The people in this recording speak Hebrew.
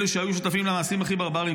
אלה שהיו שותפים למעשים הכי ברבריים,